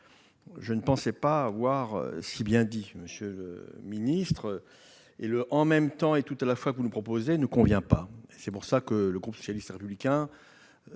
Je ne pensais pas avoir si bien dit, monsieur le ministre ! Le « en même temps et tout à la fois » que vous nous proposez ne convient pas, d'où cette demande, par le groupe socialiste et républicain,